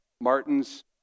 Martin's